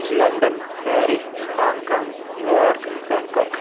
London Paris Hong Kong New York Bangkok